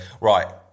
Right